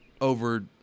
over